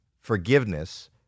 forgiveness